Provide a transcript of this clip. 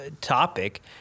topic